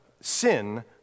Sin